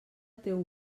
teu